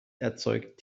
erzeugt